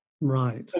Right